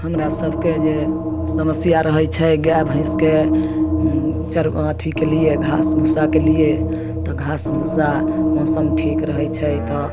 हमरा सभके जे समस्या रहै छै गाइ भैँसके चर अथीके लिए घास भुस्साके लिए तऽ घास भुस्सा मौसम ठीक रहै छै तऽ